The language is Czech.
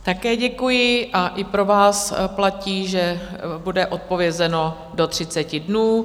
Také děkuji a i pro vás platí, že bude odpovězeno do 30 dnů.